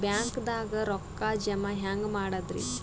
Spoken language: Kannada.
ಬ್ಯಾಂಕ್ದಾಗ ರೊಕ್ಕ ಜಮ ಹೆಂಗ್ ಮಾಡದ್ರಿ?